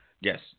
yes